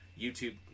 YouTube